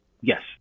Yes